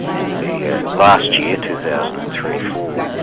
in the yeah last year two thousand and three four,